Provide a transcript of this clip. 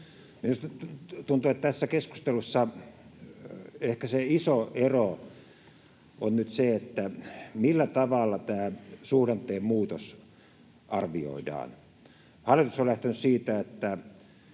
Minusta tuntuu, että tässä keskustelussa ehkä se iso ero on nyt se, millä tavalla tämä suhdanteen muutos arvioidaan. Hallitus on lähtenyt siitä, että